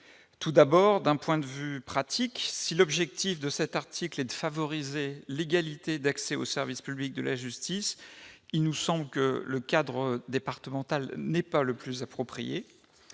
sur un plan pratique, si l'objet de cet article est de favoriser l'égalité d'accès au service public de la justice, il nous semble que le cadre départemental n'est pas le plus approprié.